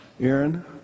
Aaron